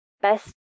best